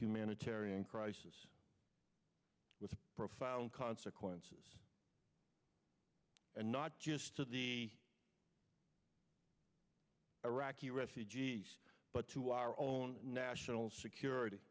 humanitarian crisis with profound consequences and not just to the iraqi refugees but to our own national security